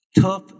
tough